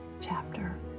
chapter